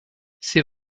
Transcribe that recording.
ces